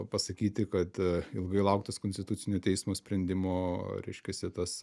pasakyti kad ilgai lauktas konstitucinio teismo sprendimo reiškiasi tas